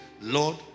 Lord